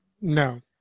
No